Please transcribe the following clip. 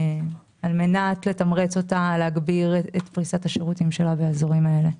על-מנת לתמרץ אותה להגביר את פריסת השירותים שלה באזורים האלה.